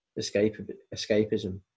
escapism